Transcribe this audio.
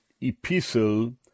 epistle